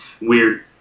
Weird